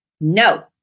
no